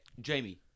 Jamie